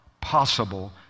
Possible